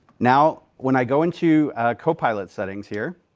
now when i go into copilot settings here.